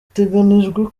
biteganijwe